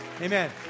Amen